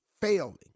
failing